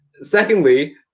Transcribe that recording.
Secondly